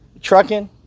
trucking